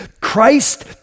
Christ